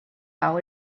how